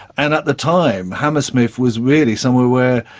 and at the time hammersmith was really somewhere where,